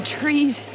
trees